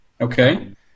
Okay